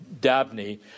Dabney